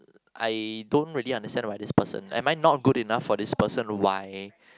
I don't really understand about this person am I not good enough for this person why